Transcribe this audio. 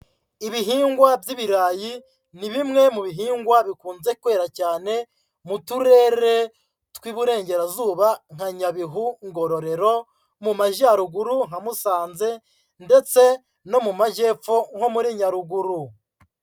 Ibihingwa by'ibirayi, ni bimwe mu bihingwa bikunze kwera cyane mu Turere tw'Iburengerazuba nka Nyabihu, Ngororero, mu Majyaruguru nka Musanze ndetse no mu Majyepfo nko muri Nyaruguru.